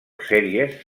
sèries